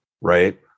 Right